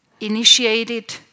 Initiated